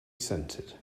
scented